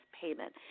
payment